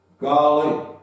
Golly